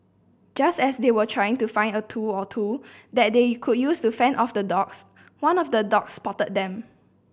just as they were trying to find a tool or two that they could use to fend off the dogs one of the dogs spotted them